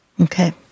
Okay